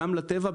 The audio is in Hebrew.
גם לטבע,